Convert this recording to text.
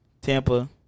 Tampa